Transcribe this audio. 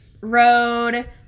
road